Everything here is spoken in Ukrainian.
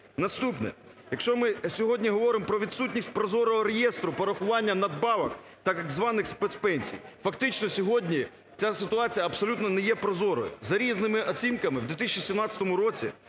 Наступне, якщо ми сьогодні говоримо про відсутність прозорого реєстру по нарахуванню надбавок так званих "спецпенсій", фактично сьогодні ця ситуація абсолютно не є прозорою. За різними оцінками у 2017 році